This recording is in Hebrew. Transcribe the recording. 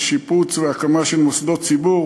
שיפוץ והקמה של מוסדות ציבור